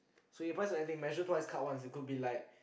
so you press the ending measure twice cut once it could be like